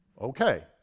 Okay